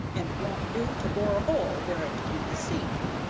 and it won't do to bore a hole where it can be seen,